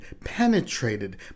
penetrated